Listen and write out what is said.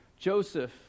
Joseph